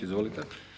Izvolite.